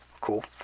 Cool